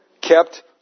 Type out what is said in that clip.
kept